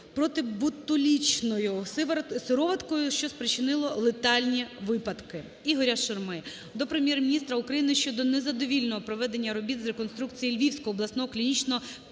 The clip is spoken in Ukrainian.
протиботулінічною сироваткою, що спричинило летальні випадки. Ігоря Шурми до Прем'єр-міністра України щодо незадовільного проведення робіт з реконструкції Львівського обласного клінічного